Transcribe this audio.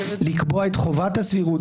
לקבוע את חובת הסבירות,